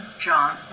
John